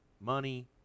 Money